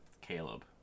Caleb